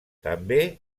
també